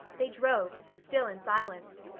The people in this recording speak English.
they drove, still in silence.